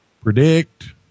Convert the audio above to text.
predict